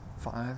five